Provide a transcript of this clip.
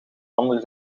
ander